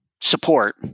support